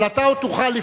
אבל אתה עוד תוכל,